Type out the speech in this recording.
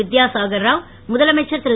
வித்யாசாகர் ராவ் முதலமைச்சர் திரு